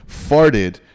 farted